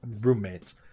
roommates